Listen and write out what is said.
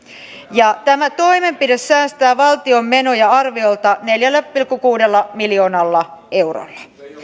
tämä toimenpide säästää valtion menoja arviolta neljällä pilkku kuudella miljoonalla eurolla